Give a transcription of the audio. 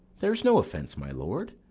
there's no offence, my lord.